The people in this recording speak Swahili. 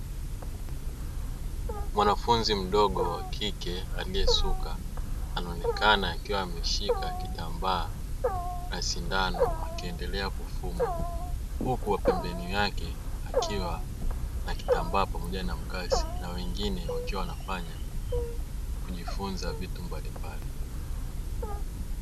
Mwanafunzi mdogo wakike aliye suka anaonekana akiwa ameshika kitambaa na sindano akiendelea kufuma, huku wapembeni yake akiwa na kitambaa pamoja na mkasi na wengine wakiwa wanafanya kujifunza vitu mbalimbali.